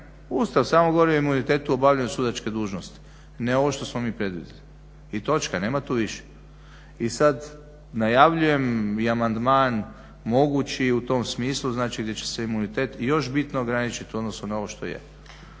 Ustav samo govori o imunitetu obavljanja sudačke dužnosti, ne ovo što smo mi predvidjeli. I točka, nema tu više. I sad najavljujem i amandman mogući u tom smislu znači gdje će se imunitet još bitno ograničiti u odnosu na ovo što je.